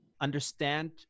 understand